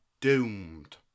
doomed